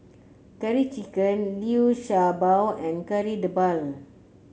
Curry Chicken Liu Sha Bao and Kari Debal